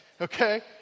okay